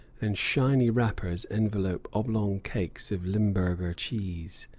and shiny wrappers envelop oblong cakes of limburger cheese.